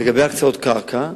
לגבי הקצאות קרקע,